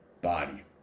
body